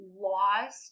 lost